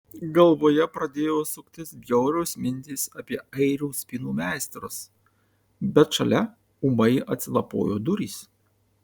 galvoje pradėjo suktis bjaurios mintys apie airių spynų meistrus bet šalia ūmai atsilapojo durys